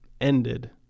ended